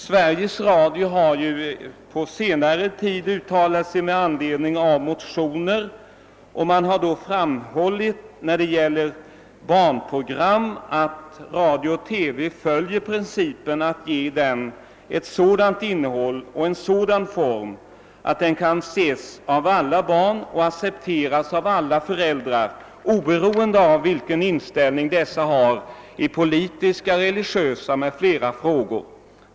Sveriges Radio har ju på senare tid uttalat sig med anledning av motioner, och man har då framhållit att radio och TV när det gäller barnprogram följer principen att ge dem ett sådant innehåll och en sådan form att de kan ses av alla barn och accepteras av alla föräldrar oberoende av vilken inställning dessa har i politiska, religiösa m.fl. frågor.